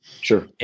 Sure